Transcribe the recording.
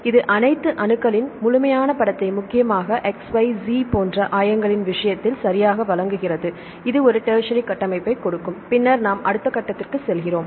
எனவே இது அனைத்து அணுக்களின் முழுமையான படத்தை முக்கியமாக x y z போன்ற ஆயங்களின் விஷயத்தில் சரியாக வழங்குகிறது இது ஒரு டெர்ஸ்சரி கட்டமைப்பைக் கொடுக்கும் பின்னர் நாம் அடுத்த கட்டத்திற்கு செல்கிறோம்